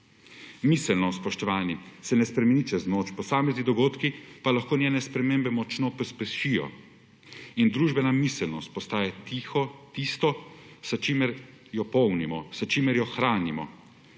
Miselnost, spoštovani, se ne spremeni čez noč, posamezni dogodki pa lahko njene spremembe močno pospešijo. Družbena miselnost postaja tisto, s čimer jo polnimo, s čimer jo hranimo.